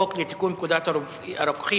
חוק לתיקון פקודת הרוקחים